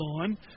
on